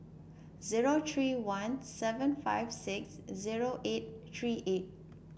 zero three one seven five six zero eight three eight